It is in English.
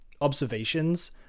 observations